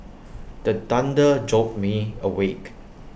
the thunder jolt me awake